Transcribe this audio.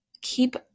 keep